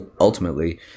ultimately